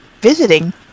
visiting